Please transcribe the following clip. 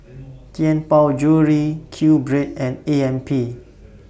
Tianpo Jewellery Q Bread and A M P